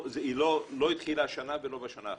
היא לא התחילה השנה ולא בשנה האחרונה.